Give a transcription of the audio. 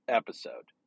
episode